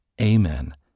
Amen